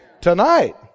tonight